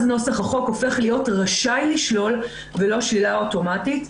אז נוסח החוק הופך להיות רשאי לשלול ולא שלילה אוטומטית.